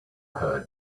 her